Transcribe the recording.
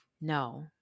No